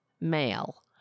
male